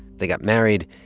they got married,